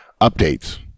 updates